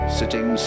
sitting